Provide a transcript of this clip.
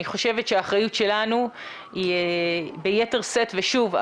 האחריות שלנו היא ביתר שאת ושוב,